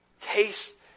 Taste